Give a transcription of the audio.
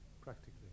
practically